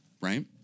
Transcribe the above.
right